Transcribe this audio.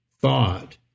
thought